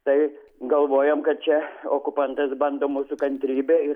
tai galvojom kad čia okupantas bando mūsų kantrybę ir